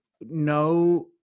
no